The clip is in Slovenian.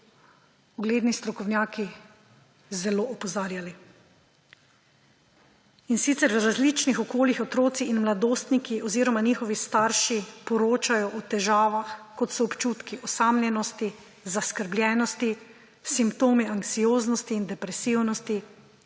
ugledni strokovnjaki zelo opozarjali. In sicer iz različnih okolij otroci in mladostniki oziroma njihovi starši poročajo o težavah, kot so občutki osamljenosti, zaskrbljenosti, simptomi anksioznosti in depresivnosti,